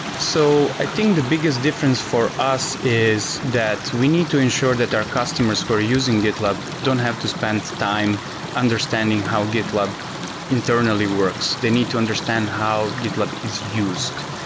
so i think the biggest difference for us is that we need to ensure that our customers who are using gitlab don't have to spend time understanding how gitlab internally works. they need to understand how gitlab is used.